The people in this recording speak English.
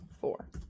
four